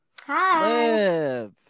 Hi